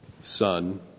Son